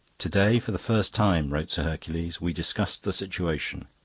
to-day for the first time wrote sir hercules, we discussed the situation.